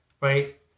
right